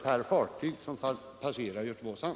per fartyg som passerar hamnen.